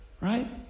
right